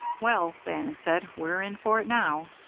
well, bannon said, we're in for it now.